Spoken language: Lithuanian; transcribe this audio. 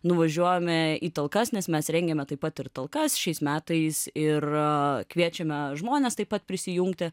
nuvažiuojame į talkas nes mes rengiame taip pat ir talkas šiais metais ir kviečiame žmones taip pat prisijungti